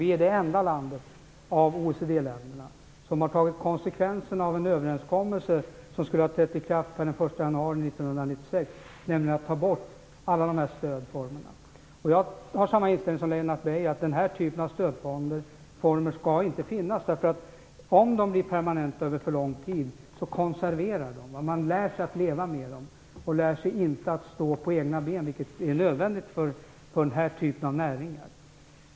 Vi är det enda landet av OECD-länderna som har tagit konsekvenserna av en överenskommelse som skulle ha trätt i kraft per den 1 januari 1996, nämligen att ta bort alla de här stödformerna. Jag har samma inställning som Lennart Beijer, att den här typen av stödformer inte skall finnas. Om de blir permanenta över för lång tid konserverar de. Man lär sig att leva med dem och lär sig inte att stå på egna ben, vilket är nödvändigt för den här typen av näringar.